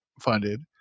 funded